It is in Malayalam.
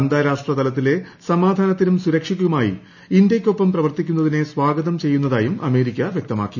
അന്താരാഷ്ട്ര തലത്തിലെ സമീഹ്യാനത്തിനും ് സുരക്ഷയ്ക്കുമായി ഇന്ത്യയ്ക്കൊപ്പം പ്രവർത്തിക്കുന്നതിനെ സ്വാഗതം ചെയ്യുന്നതായും അമേരിക്ക വ്യക്തമാക്കി